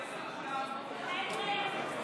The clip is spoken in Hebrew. התוצאות: בעד, 63,